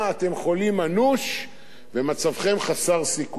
אתם חולים אנוש ומצבכם חסר סיכוי.